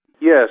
Yes